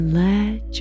let